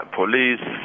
police